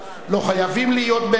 לא חייבים להיות בגין,